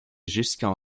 jusqu’en